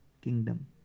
kingdom